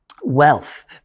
wealth